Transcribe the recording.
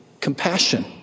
compassion